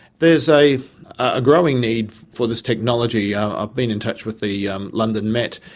there is a ah growing need for this technology. i've ah been in touch with the um london met,